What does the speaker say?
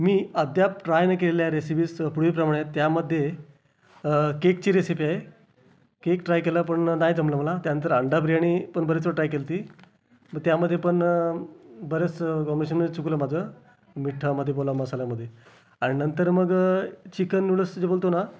मी अद्याप ट्राय नाही केलेल्या रेसिपीज पुढील प्रमाणे आहेत त्यामध्ये केकची रेसिपी आहे केक ट्राय केला पण नाही जमला मला त्यानंतर अंडा बिर्याणी पण बरेच वेळा ट्राय केली होती मग त्यामध्ये पण बरंचसं कॉम्बिनेशनमध्ये चुकलं माझं मिठामध्ये बोला मसाल्यामध्ये आणि नंतर मग चिकन नूडल्स जे बोलतो ना